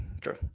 true